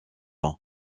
ans